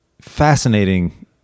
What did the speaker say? fascinating